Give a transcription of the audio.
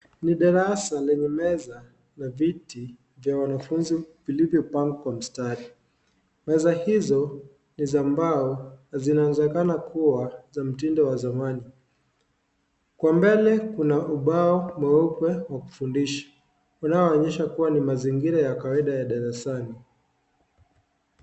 Ni darasa lenye meza Na viti vya wanafunzi vilivyopangwa kwa mstari. Meza hizo ni za mbao zinawezekana kuwa za mtindo wa zamani. Kwa mbele Kuna ubao mweupe wa kufundisha, unaoonyesha kuwa ni mazingira ya kawaida ya darasani.